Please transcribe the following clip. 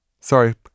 sorry